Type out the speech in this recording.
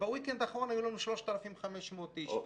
ובוויקנד האחרון היו לנו 3,500 איש.